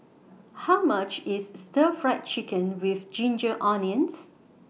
How much IS Stir Fried Chicken with Ginger Onions